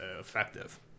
effective